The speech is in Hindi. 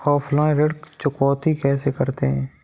ऑफलाइन ऋण चुकौती कैसे करते हैं?